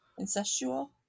incestual